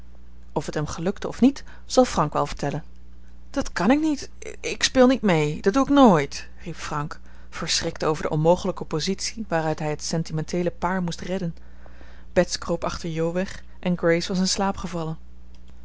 of het hem gelukte of niet zal frank wel vertellen dat kan ik niet ik speel niet mee dat doe ik nooit riep frank verschrikt over de onmogelijke positie waaruit hij het sentimenteele paar moest redden bets kroop achter jo weg en grace was in slaap gevallen